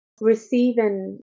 receiving